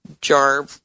jar